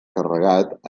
carregat